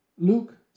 Luke